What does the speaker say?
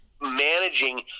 managing